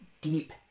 deep